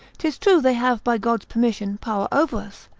tis true they have, by god's permission, power over us,